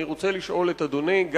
אני רוצה לשאול את אדוני גם,